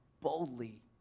boldly